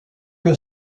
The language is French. que